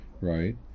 right